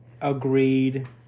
agreed